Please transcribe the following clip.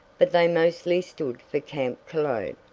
but they mostly stood for camp cologne,